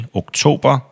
oktober